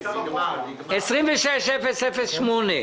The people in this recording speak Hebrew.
מס' 26-008,